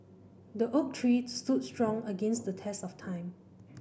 the oak tree stood strong against the test of time